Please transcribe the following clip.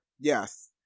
yes